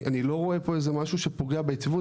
אני לא רואה פה איזה משהו שפוגע ביציבות,